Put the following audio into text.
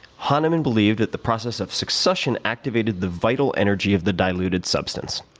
hahnemann believed that the process of succussion activated the vital energy of the diluted substance.